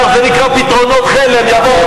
אנחנו הולכים בצעדים אמיתיים, א.